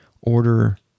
order